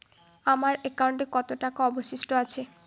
আমার একাউন্টে কত টাকা অবশিষ্ট আছে?